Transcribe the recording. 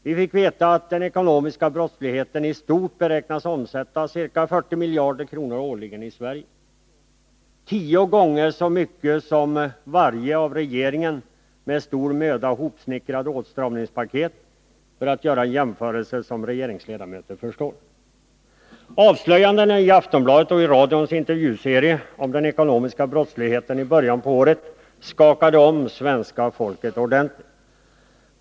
Vi fick veta att den ekonomiska brottsligheten i stort beräknas omsätta ca 40 miljarder kronor årligen i Sverige. Det är tio gånger så mycket som det som ingår i varje av regeringen med stor möda hopsnickrat åtstramningspaket — för att göra en jämförelse som regeringsledamöter förstår. Avslöjandena i Aftonbladet och i radions intervjuserie om den ekonomiska brottsligheten skakade om svenska folket ordentligt.